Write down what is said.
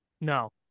No